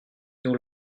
nous